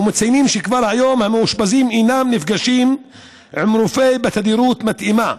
ומציינים שכבר היום המאושפזים אינם נפגשים עם רופא בתדירות מתאימה,